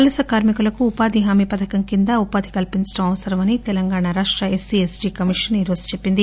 వలస కార్మికులకు ఉపాధి హామీ పథకం కింద ఉపాధి కల్సించడం అవసరమని తెలంగాణ రాష్ట ఎస్సీ ఎస్టీ కమిషన్ ఈ రోజు చెప్పింది